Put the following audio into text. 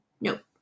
Nope